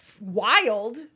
wild